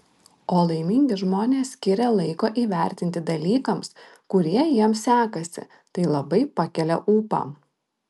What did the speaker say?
o laimingi žmonės skiria laiko įvertinti dalykams kurie jiems sekasi tai labai pakelia ūpą